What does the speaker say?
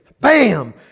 Bam